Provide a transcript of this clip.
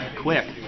quick